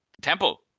temple